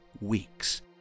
weeks